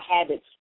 habits